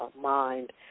mind